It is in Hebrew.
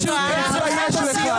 --- איך אתה משווה